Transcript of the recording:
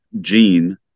gene